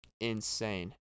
Insane